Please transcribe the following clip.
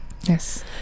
yes